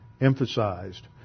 emphasized